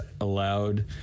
allowed